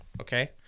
okay